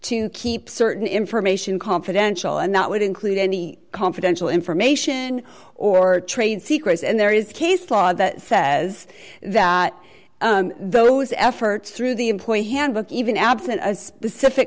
to keep certain information confidential and that would include any confidential information or trade secrets and there is case law that says that those efforts through the employee handbook even absent a specific